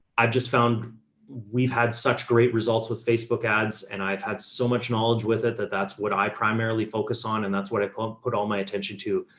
i've just found we've had such great results with facebook ads and i've had so much knowledge with it that that's what i primarily focus on. and that's what i put um put all my attention to.